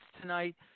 tonight